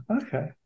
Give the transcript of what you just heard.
Okay